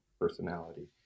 personality